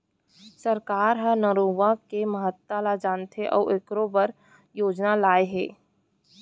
सरकार ह नरूवा के महता ल जानथे अउ एखरो बर योजना लाए हे